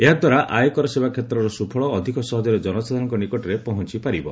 ଏହାଦ୍ୱାରା ଆୟକର ସେବା କ୍ଷେତ୍ରର ସୁଫଳ ଅଧିକ ସହଜରେ ଜନସାଧାରଣଙ୍କ ନିକଟରେ ପହଞ୍ଚପାରିବ